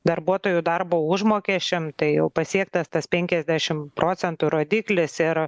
darbuotojų darbo užmokesčiam tai jau pasiektas tas penkiasdešim procentų rodiklis ir